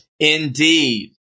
Indeed